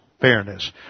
fairness